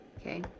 Okay